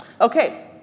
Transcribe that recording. Okay